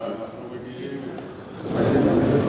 אנחנו רגילים לזה.